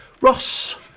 Ross